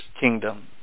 kingdom